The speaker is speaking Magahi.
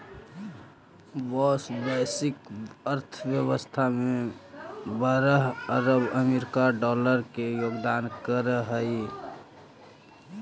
बाँस वैश्विक अर्थव्यवस्था में बारह अरब अमेरिकी डॉलर के योगदान करऽ हइ